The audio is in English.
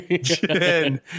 Jen